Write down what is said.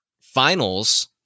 finals